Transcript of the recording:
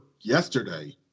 yesterday